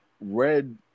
Red